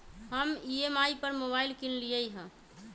हम ई.एम.आई पर मोबाइल किनलियइ ह